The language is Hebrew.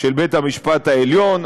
של בית-המשפט העליון.